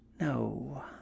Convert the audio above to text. no